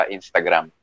Instagram